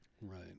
Right